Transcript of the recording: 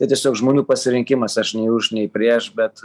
tai tiesiog žmonių pasirinkimas aš nei už nei prieš bet